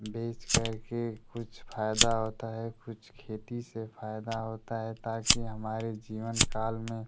बेच करके कुछ फायदा होता है कुछ खेती से फायदा होता है ताकि हमारे जीवनकाल में